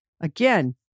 Again